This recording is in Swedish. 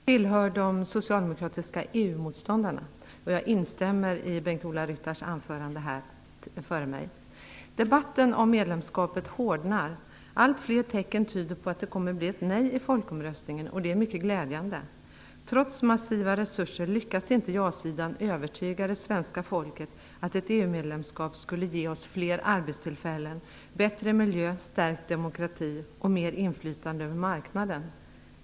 Herr talman! Även jag tillhör de socialdemokratiska EU-motståndarna. Jag instämmer i Bengt-Ola Ryttars anförande. Debatten om medlemskapet hårdnar. Allt fler tecken tyder på att det kommer att bli ett nej i folkomröstningen. Det är mycket glädjande. Trots massiva resurser lyckas inte ja-sidan övertyga det svenska folket om att ett EU-medlemskap skulle ge oss fler arbetstillfällen, bättre miljö, stärkt demokrati och mer inflytande över marknaden.